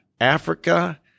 Africa